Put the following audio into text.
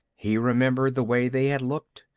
he remembered the way they had looked,